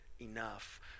enough